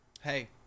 Hey